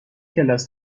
کلاس